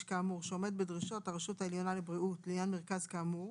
כאמור שעומד בדרישות הרשות העליונה לבריאות לעניין מרכז כאמור